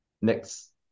next